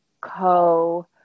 co-